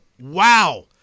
Wow